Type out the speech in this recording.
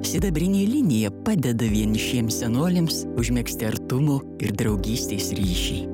sidabrinė linija padeda vienišiems senoliams užmegzti artumo ir draugystės ryšį